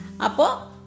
Apo